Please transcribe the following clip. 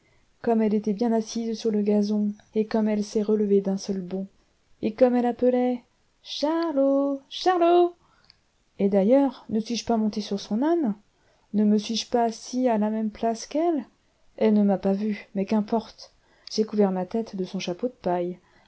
comme elle était bien assise sur le gazon et comme elle s'est relevée d'un seul bond et comme elle appelait charlot charlot et d'ailleurs ne suis-je pas monté sur son âne ne me suis-je pas assis à la même place qu'elle elle ne m'a pas vu mais qu'importe j'ai couvert ma tête de son chapeau de paille